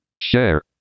Share